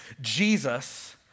Jesus